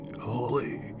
holy